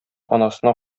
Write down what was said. анасына